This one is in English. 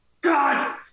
God